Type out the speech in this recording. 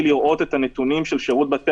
לבין ההפרדה הטוטאלית בין זה לבין מה שקורה בתוך בתי